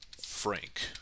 Frank